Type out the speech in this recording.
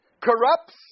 corrupts